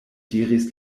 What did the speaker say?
diris